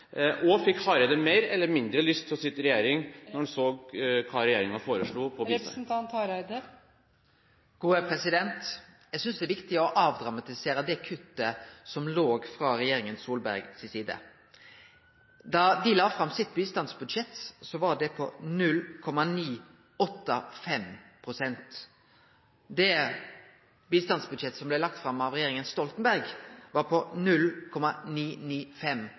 Og fikk Hareide mer eller mindre lyst til å sitte i regjering da han så hva regjeringen foreslo på bistandsfeltet? Eg synest det er viktig å avdramatisere det kuttet som låg fra regjeringa Solbergs side. Da dei la fram sitt bistandsbudsjett, var det på 0,985 pst. Det bistandsbudsjettet som blei lagt fram av regjeringa Stoltenberg, var på